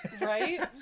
right